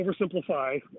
oversimplify